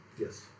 Yes